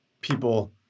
people